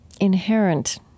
inherent